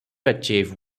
achieve